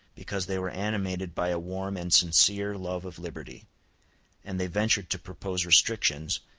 because they were animated by a warm and sincere love of liberty and they ventured to propose restrictions,